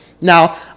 Now